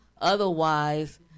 Otherwise